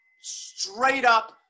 straight-up